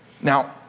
Now